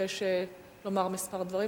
ביקש לומר כמה דברים.